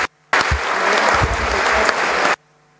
Hvala.